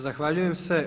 Zahvaljujem se.